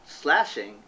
slashing